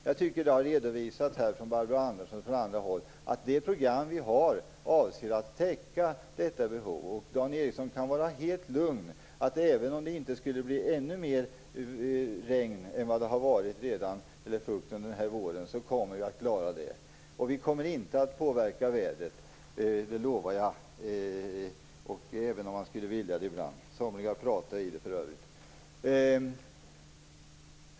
Jag tycker att det har redovisats här, av Barbro Andersson och från andra håll, att det program vi har avser att täcka detta behov. Dan Ericsson kan var helt lugn. Även om det inte skulle bli mer regn och fukt än det redan har varit under den här våren kommer vi att klara detta. Vi kommer inte att påverka vädret, det lovar jag - även om man skulle vilja det ibland. Somliga pratar i det, för övrigt.